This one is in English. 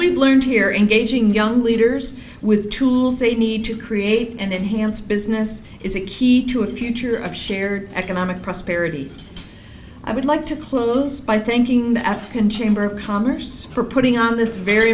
we've learned here in beijing young leaders with the tools they need to create and enhanced business is a key to a future of shared economic prosperity i would like to close by thanking the african chamber of commerce for putting on this very